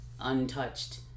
untouched